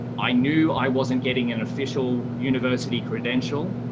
i knew i wasn't getting an official university credential.